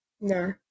No